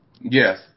Yes